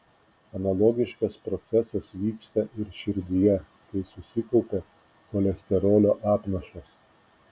analogiškas procesas vyksta ir širdyje kai susikaupia cholesterolio apnašos